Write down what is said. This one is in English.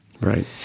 Right